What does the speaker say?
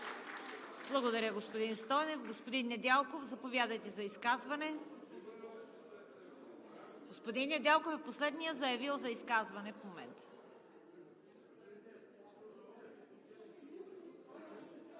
Благодаря, господин Стойнев. Господин Недялков, заповядайте за изказване. Господин Недялков е последният заявил изказване до момента.